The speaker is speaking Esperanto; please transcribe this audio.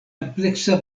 ampleksa